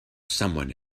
someone